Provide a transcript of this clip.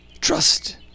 trust